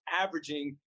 averaging